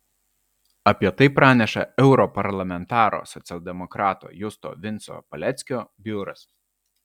apie tai praneša europarlamentaro socialdemokrato justo vinco paleckio biuras